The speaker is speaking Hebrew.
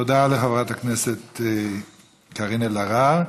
תודה לחברת הכנסת קארין אלהרר.